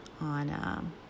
on